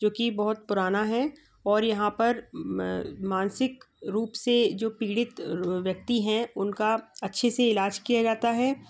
जो कि बहुत पुराना है और यहाँ पर म मानसिक रूप से जो पीड़ित व्यक्ति हैं उनका अच्छे से इलाज किया जाता है